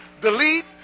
delete